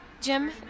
Jim